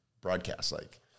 Broadcast-like